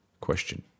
question